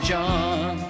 John